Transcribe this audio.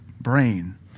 brain